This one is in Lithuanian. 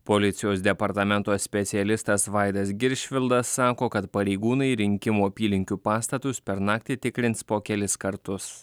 policijos departamento specialistas vaidas giršvildas sako kad pareigūnai rinkimų apylinkių pastatus per naktį tikrins po kelis kartus